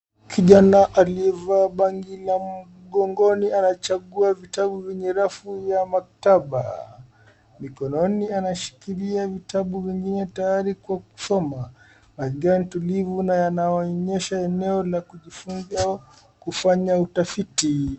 Kijana aliyevaa begi la mgongoni anachagua vitabu vyenye rafu ya maktaba. Mikononi anashikilia vitabu vingine tayari Kwa kusoma. Anga ni tulivu na yanaonyesha eneo la kujifunza au kufanya utafiti.